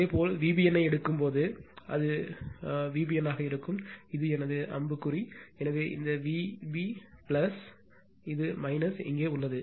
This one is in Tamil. இதேபோல் இதேபோல் Vbn ஐ எடுக்கும்போது அது Vbn ஆக இருக்கும் இது எனது அம்பு எனவே இந்த Vb இது இங்கே உள்ளது